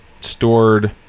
stored